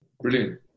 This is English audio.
Brilliant